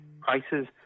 prices